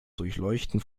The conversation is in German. durchleuchten